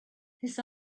his